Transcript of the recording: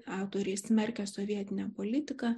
autoriai smerkia sovietinę politiką